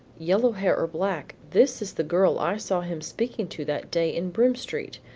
yellow hair or black, this is the girl i saw him speaking to that day in broome street.